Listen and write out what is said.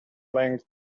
length